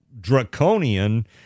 draconian